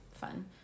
fun